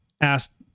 asked